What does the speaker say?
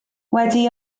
wedi